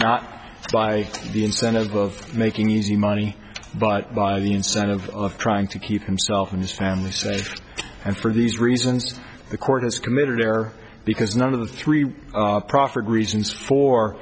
not by the incentive of making easy money but the incentive of trying to keep himself and his family safe and for these reasons the court is committed here because none of the three proffered reasons for